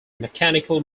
mechanical